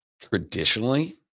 Traditionally